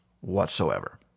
whatsoever